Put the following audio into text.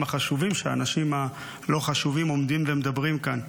החשובים שהאנשים הלא-חשובים עומדים ומדברים עליהם כאן.